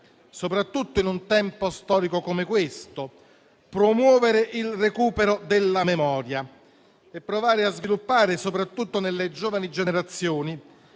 soprattutto in un tempo storico come questo, promuovere il recupero della memoria e provare a sviluppare, specialmente nelle giovani generazioni,